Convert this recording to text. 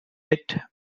pitt